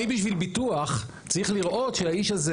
אני בשביל ביטוח צריך לראות שהאיש הזה